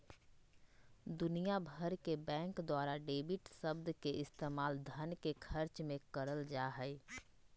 दुनिया भर के बैंक द्वारा डेबिट शब्द के इस्तेमाल धन के खर्च मे करल जा हय